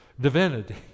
divinity